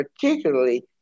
particularly